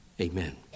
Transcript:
Amen